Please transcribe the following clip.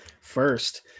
first